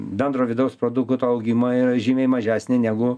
bendro vidaus produkto augimą yra žymiai mažesnė negu